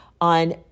on